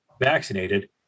vaccinated